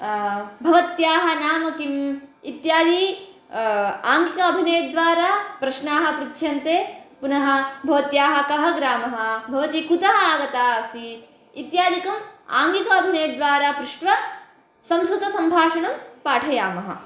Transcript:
भवत्याः नाम किम् इत्यादि आङ्गिक अभिनयद्वारा प्रश्नाः पृच्छ्यन्ते पुनः भवत्याः कः ग्रामः भवती कुतः आगता असि इत्यादिकम् आङ्गिक अभिनयद्वारा पृष्ट्वा संस्कृतसम्भाषणं पाठयामः